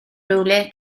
rhywle